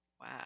Wow